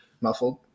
Muffled